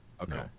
okay